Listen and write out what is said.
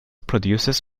produces